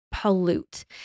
pollute